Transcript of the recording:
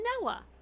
Noah